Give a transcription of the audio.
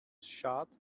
schad